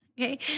Okay